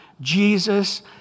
Jesus